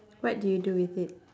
what do you do with it